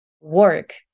work